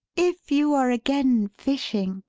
if you are again fishing,